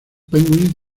penguin